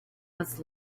was